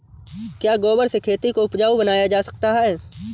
क्या गोबर से खेती को उपजाउ बनाया जा सकता है?